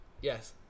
Yes